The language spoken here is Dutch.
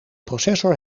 processor